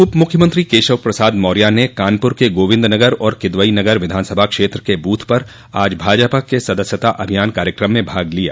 उपमुख्यमंत्री केशव प्रसाद मौर्य ने कानपुर के गोविन्दनगर और किदवई नगर विधानसभा क्षेत्र के बूथ पर आज भाजपा के सदस्यता अभियान कार्यक्रम में भाग लिया